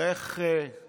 ואיך אמר כאן